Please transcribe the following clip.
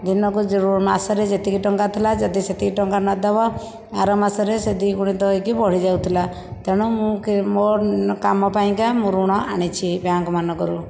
ଦିନକୁ ମାସରେ ଯେତିକି ଟଙ୍କା ଥିଲା ଯଦି ସେତିକି ଟଙ୍କା ନଦେବ ଆର ମାସରେ ସେ ଦ୍ୱିଗୁଣିତ ହୋଇକି ବଢ଼ିଯାଉଥିଲା ତେଣୁ ମୁଁ ମୋ କାମ ପାଇଁକା ମୁଁ ଋଣ ଆଣିଛି ବ୍ୟାଙ୍କମାନଙ୍କରୁ